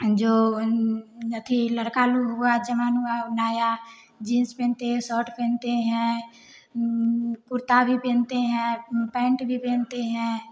जो अथी लड़का लोग हुआ जो मन हुआ लाया जींस पहनते हैं सॉट पहनते हैं कुर्ता भी पहनते हैं पैंट भी पहनते हैं